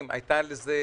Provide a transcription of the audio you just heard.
אני למדתי אצלו.